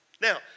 Now